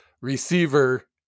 receiver